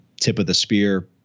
tip-of-the-spear